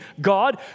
God